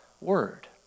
Word